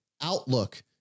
outlook